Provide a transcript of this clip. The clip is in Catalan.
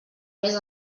més